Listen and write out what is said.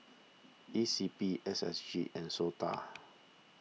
E C P S S G and Sota